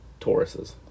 Tauruses